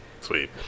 Sweet